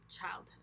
childhood